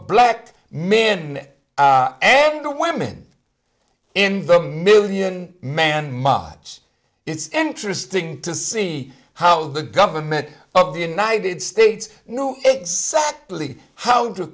black men the women in the million man march it's interesting to see how the government of the united states knew exactly how to